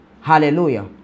Hallelujah